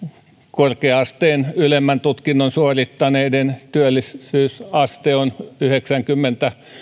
korkea asteen ylemmän tutkinnon suorittaneiden työllisyysaste on yhdeksänkymmentä